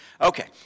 Okay